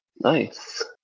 Nice